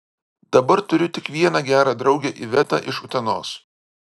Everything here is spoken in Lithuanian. dabar turiu tik vieną gerą draugę ivetą iš utenos